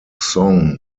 song